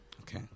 okay